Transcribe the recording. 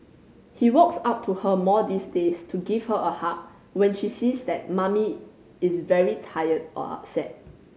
he walks up to her more these days to give her a hug when he sees that Mummy is very tired or upset